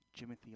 Jimothy